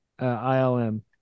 ILM